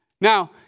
Now